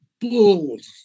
bulls